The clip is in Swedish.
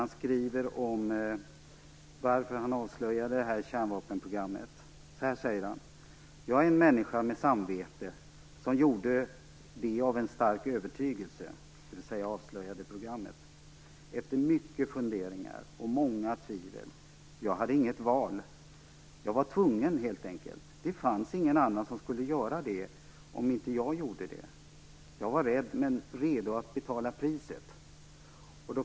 Han skriver här om varför han avslöjade kärnvapenprogrammet: "Jag är en människa med samvete, som gjorde det av en stark övertygelse efter mycket funderingar och många tvivel. Jag hade inget val. Jag var tvungen, helt enkelt. Det fanns ingen annan som skulle göra det om inte jag gjorde det. Jag var rädd men redo att betala priset."